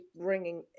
bringing